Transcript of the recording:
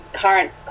current